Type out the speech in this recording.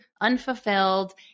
unfulfilled